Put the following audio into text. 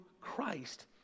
christ